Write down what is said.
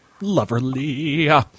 Loverly